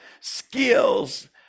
skills